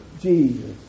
Jesus